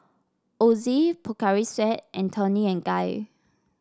Ozi Pocari Sweat and Toni and Guy